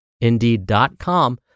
Indeed.com